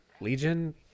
Legion